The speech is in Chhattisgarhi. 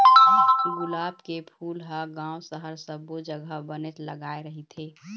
गुलाब के फूल ल गाँव, सहर सब्बो जघा बनेच लगाय रहिथे